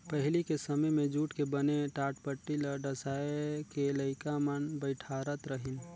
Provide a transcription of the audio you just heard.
पहिली के समें मे जूट के बने टाटपटटी ल डसाए के लइका मन बइठारत रहिन